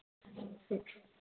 ठीक छै